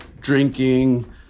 drinking